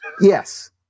Yes